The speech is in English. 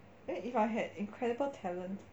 and if I had incredible talent